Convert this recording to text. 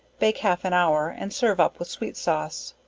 bake half an hour, and serve up with sweet sauce.